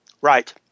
Right